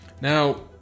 Now